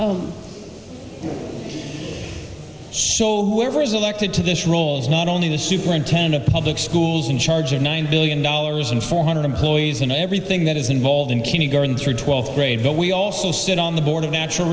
sure whoever is elected to this role is not only the superintendent of public schools in charge of nine billion dollars and four hundred employees in everything that is involved in kindergarten through twelfth grade but we also sit on the board of natural